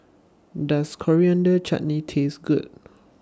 Does Coriander Chutney Taste Good